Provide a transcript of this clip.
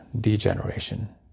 degeneration